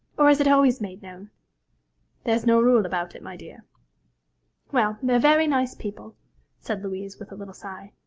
or is it always made known there's no rule about it, my dear well, they're very nice people said louise, with a little sigh.